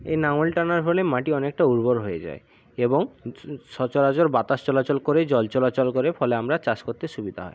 এই লাঙল টানার ফলে মাটি অনেকটা উর্বর হয়ে যায় এবং সচরাচর বাতাস চলাচল করে জল চলাচল করে ফলে আমরা চাষ করতে সুবিধা হয়